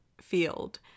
field